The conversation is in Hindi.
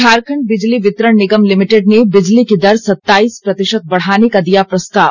झारखंड बिजली वितरण निगम लिमिटेड ने बिजली की दर सताइस प्रतिशत बढ़ाने का दिया प्रस्ताव